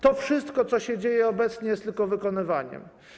To wszystko, co się dzieje obecnie, jest tylko wykonywaniem.